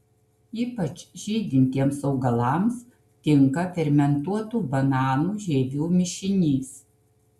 ypač žydintiems augalams tinka fermentuotų bananų žievių mišinys